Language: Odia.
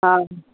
ହଁ